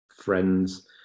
friends